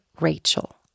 Rachel